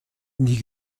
die